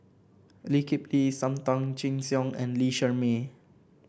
Lee Kip Lee Sam Tan Chin Siong and Lee Shermay